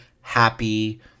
happy